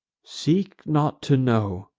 seek not to know,